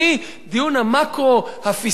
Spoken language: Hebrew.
דיון המקרו הפיסקלי,